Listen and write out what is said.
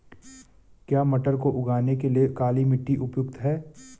क्या मटर को उगाने के लिए काली मिट्टी उपयुक्त है?